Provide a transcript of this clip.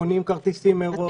קונים כרטיסים מראש,